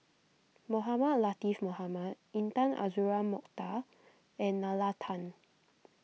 Mohamed Latiff Mohamed Intan Azura Mokhtar and Nalla Tan